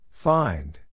Find